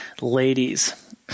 ladies